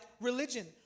religion